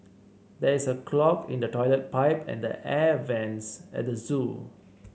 there is a clog in the toilet pipe and the air vents at the zoo